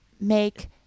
make